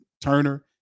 Turner